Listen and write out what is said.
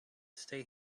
stay